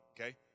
okay